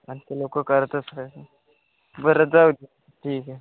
आणि ते लोक करतच राहत बरं जाऊ दे ठीक आहे